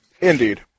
Indeed